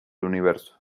universo